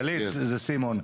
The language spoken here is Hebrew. גלית, זה סימון.